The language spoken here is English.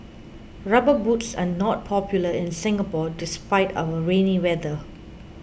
rubber boots are not popular in Singapore despite our rainy weather